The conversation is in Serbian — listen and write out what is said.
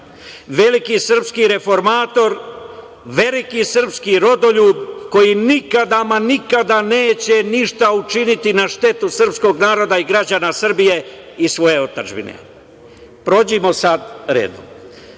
veliki srpski reformator, veliki srpski rodoljub koji nikada, ma nikada neće ništa učiniti na štetu srpskog naroda, građana Srbije i svoje otadžbine. Pođimo sad redom. Da